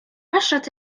عشرة